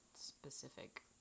specific